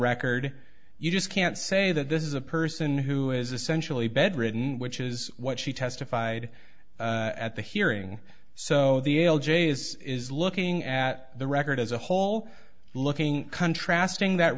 record you just can't say that this is a person who is essentially bedridden which is what she testified at the hearing so the ael j is is looking at the record as a whole looking contrasting that